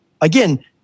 again